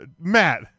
Matt